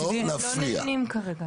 הם לא נבנים כרגע.